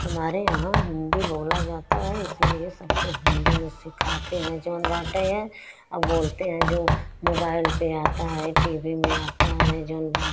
हमारे यहाँ हिंदी बोला जाता है इसलिए सबको हिंदी में सिखाते हैं जोन बाटें हैं आ बोलते हैं जो मोबाइल पे आता है टी वी में आता है जोन बा